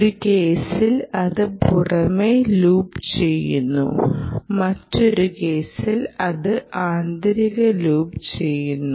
ഒരു കേസിൽ അത് പുറമെ ലൂപ്പ് ചെയ്യുന്നു മറ്റൊന്നിൽ അത് ആന്തരിക ലൂപ്പ് ചെയ്യുന്നു